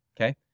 okay